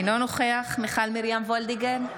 אינו נוכח מיכל מרים וולדיגר,